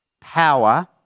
Power